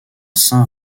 saint